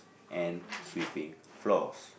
and sweeping floors